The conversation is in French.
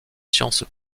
sciences